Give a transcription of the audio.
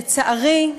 לצערי,